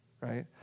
Right